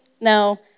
no